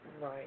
right